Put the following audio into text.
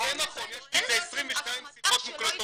זה כן נכון, יש לי 22 שיחות מוקלטות,